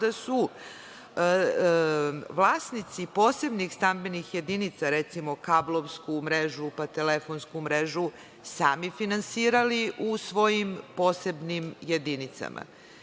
da su vlasnici posebnih stambenih jedinica, recimo kablovsku mrežu, pa telefonsku mrežu, sami finansirali u svojim posebnim jedinicama. Znači,